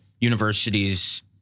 universities